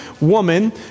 woman